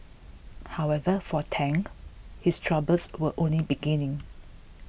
however for Tang his troubles were only beginning